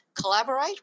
Collaborate